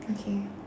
okay